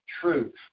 truth